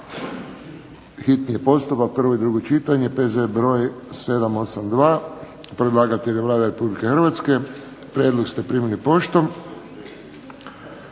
Hrvatske,